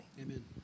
Amen